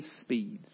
speeds